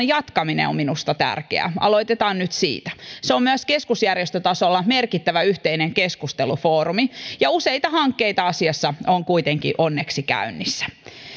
jatkaminen on minusta tärkeää aloitetaan nyt siitä se on myös keskusjärjestötasolla merkittävä yhteinen keskustelufoorumi ja useita hankkeita asiassa on kuitenkin onneksi käynnissä